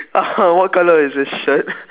what colour is his shirt